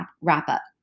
wrap-up